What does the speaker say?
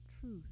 truth